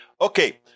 Okay